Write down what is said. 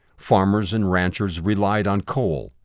farmers and ranchers relied on coal,